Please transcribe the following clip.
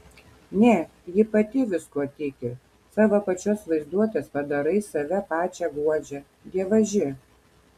ne ji pati viskuo tiki savo pačios vaizduotės padarais save pačią guodžia dievaži